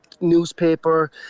newspaper